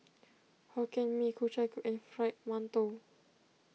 Hokkien Mee Ku Chai Ku and Fried Mantou